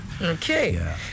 okay